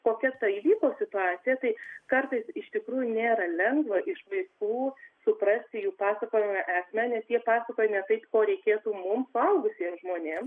kokia tai įvyko situacija tai kartais iš tikrųjų nėra lengva iš vaikų suprasti jų pasakojimo esmę nes jie pasakoja ne tai ko reikėtų mum suaugusiems žmonėms